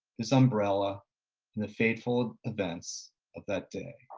this umbrella and the fateful events of that day,